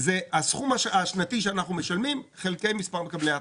זה הסכום השנתי שאנחנו משלמים חלקי מספר מקבלי ההטבה.